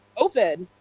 open,